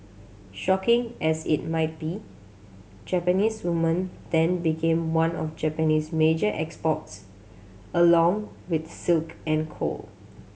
shocking as it might be Japanese woman then became one of Japan's major exports along with silk and coal